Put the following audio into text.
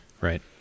Right